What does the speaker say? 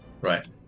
right